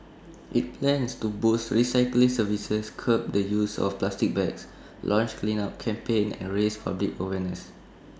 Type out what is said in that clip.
IT plans to boost recycling services curb the use of plastic bags launch cleanup campaigns and raise public awareness